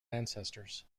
ancestors